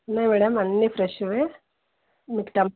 ఉన్నాయి మేడమ్ అన్నీ ఫ్రెష్వె మీకు టం